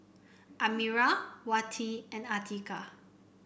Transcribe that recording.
Amirah Wati and Atiqah